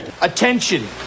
Attention